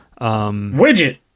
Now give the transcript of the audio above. Widget